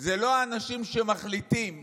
הם לא האנשים שמחליטים,